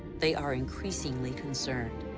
they are increasingly concerned.